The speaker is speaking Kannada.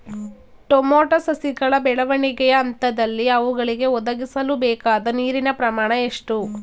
ಟೊಮೊಟೊ ಸಸಿಗಳ ಬೆಳವಣಿಗೆಯ ಹಂತದಲ್ಲಿ ಅವುಗಳಿಗೆ ಒದಗಿಸಲುಬೇಕಾದ ನೀರಿನ ಪ್ರಮಾಣ ಎಷ್ಟು?